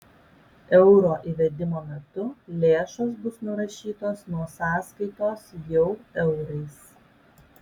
euro įvedimo metu lėšos bus nurašytos nuo sąskaitos jau eurais